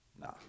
Nah